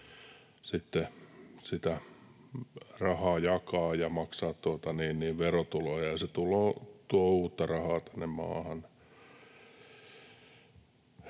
sitten sitä rahaa jakaa ja saada verotuloja. Se tulo tuo uutta rahaa tänne maahan.